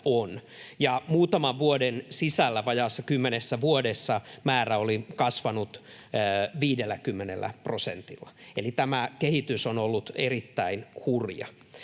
Muutaman vuoden sisällä, vajaassa kymmenessä vuodessa, määrä oli kasvanut 50 prosentilla, eli tämä kehitys on ollut erittäin hurjaa.